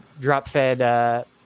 drop-fed